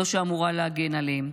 זו שאמורה להגן עליהם.